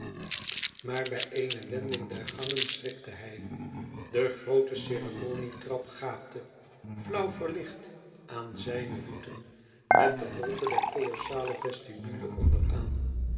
maar bij eene wending der gangen schrikte hij de groote ceremonietrap gaapte flauw verlicht aan zijne voeten met de holte der kolossale vestibule onder